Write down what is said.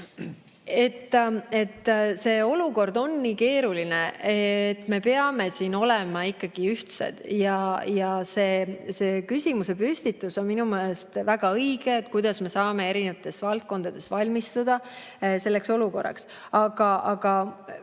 See olukord on nii keeruline, et me peame siin olema ikkagi ühtsed. Küsimuse püstitus on minu meelest väga õige: kuidas me saame erinevates valdkondades [raskeks] olukorraks